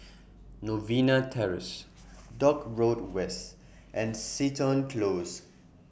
Novena Terrace Dock Road West and Seton Close